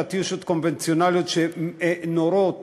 "קטיושות" קונבנציונליות שנורות